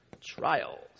Trials